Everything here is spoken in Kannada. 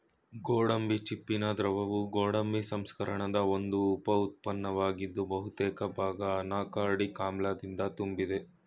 ಗೋಡಂಬಿ ಚಿಪ್ಪಿನ ದ್ರವವು ಗೋಡಂಬಿ ಸಂಸ್ಕರಣದ ಒಂದು ಉಪ ಉತ್ಪನ್ನವಾಗಿದ್ದು ಬಹುತೇಕ ಭಾಗ ಅನಾಕಾರ್ಡಿಕ್ ಆಮ್ಲದಿಂದ ತುಂಬಿದೆ